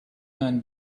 man